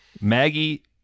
Maggie